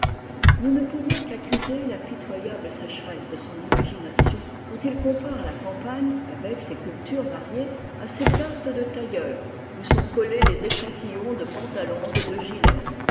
nous ne pouvons qu'accuser la pitoyable sécheresse de son imagination quand il compare la campagne avec ses cultures variées à ces cartes de tailleurs où sont collés les échantillons de pantalons et de gilets